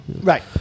Right